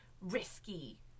risky